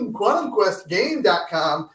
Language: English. QuantumQuestGame.com